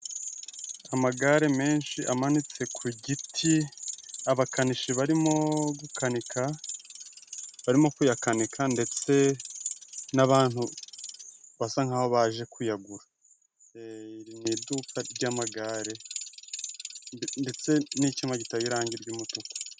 Amagare menshi amanitse ku giti, abakanishi barimo gukanika barimo kuyakanika ndetse n'abantu basa nk'aho baje kuyagura. Iri ni iduka ry'amagare ndetse n'icyuma giteye irangi ry'umutuku.